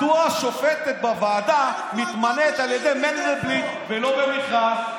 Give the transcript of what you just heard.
מדוע השופטת בוועדה מתמנית על ידי מנדלבליט ולא במכרז?